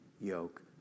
yoke